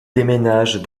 déménage